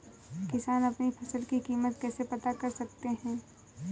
किसान अपनी फसल की कीमत कैसे पता कर सकते हैं?